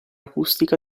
acustica